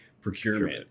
procurement